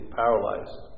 paralyzed